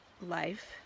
life